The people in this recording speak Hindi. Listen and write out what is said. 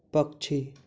पक्षी